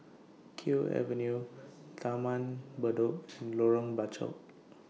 Kew Avenue Taman Bedok and Lorong Bachok